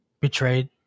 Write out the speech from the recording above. betrayed